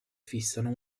fissano